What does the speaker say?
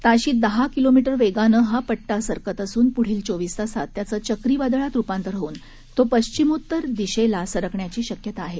ताशी दहा किलोमीटर वेगाने हा पट्टा सरकत असून पुढील चोवीस तासात त्याचं चक्रीवादळात रुपांतर होऊन तो पश्चिमोत्तर दिशेला सरकरण्याची शक्यता आहे